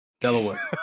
Delaware